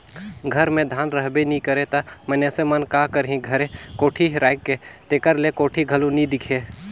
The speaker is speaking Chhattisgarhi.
घर मे धान रहबे नी करे ता मइनसे मन का करही घरे कोठी राएख के, तेकर ले कोठी घलो नी दिखे